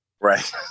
Right